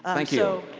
thank you.